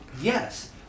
yes